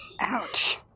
ouch